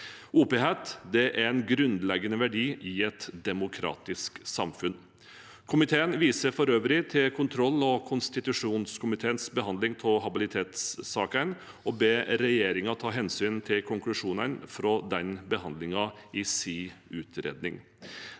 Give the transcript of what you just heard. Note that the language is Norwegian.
Åpenhet er en grunnleggende verdi i et demokratisk samfunn. Komiteen viser for øvrig til kontroll- og konstitusjonskomiteens behandling av habilitetssakene og ber regjeringen ta hensyn til konklusjonene fra denne behandlingen i sin utredning.